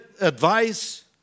advice